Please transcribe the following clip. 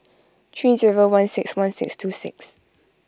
three zero one six one six two six